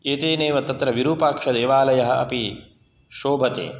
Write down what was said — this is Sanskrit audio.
एतेनैव तत्र विरूपाक्षदेवालयः अपि शोभते